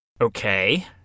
Okay